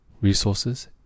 resources